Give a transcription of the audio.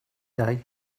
day